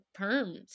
perms